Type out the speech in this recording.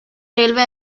railway